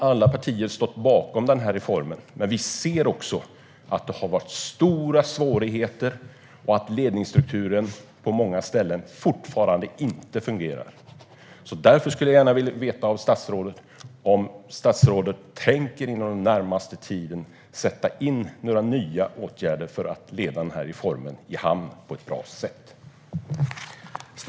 Alla partier har stått bakom reformen, men vi ser också att det har varit stora svårigheter och att ledningsstrukturen på många ställen fortfarande inte fungerar. Därför skulle jag gärna vilja veta om statsrådet inom den närmaste tiden tänker sätta in några nya åtgärder för att leda den här reformen i hamn på ett bra sätt.